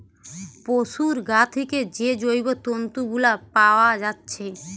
পোশুর গা থিকে যে জৈব তন্তু গুলা পাআ যাচ্ছে